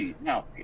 now